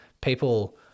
people